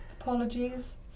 Apologies